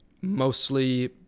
mostly